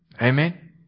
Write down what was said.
Amen